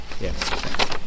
Yes